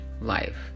life